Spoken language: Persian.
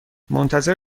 منتظر